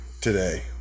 today